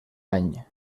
any